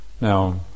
Now